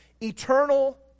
eternal